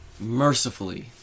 Mercifully